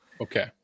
Okay